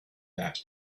that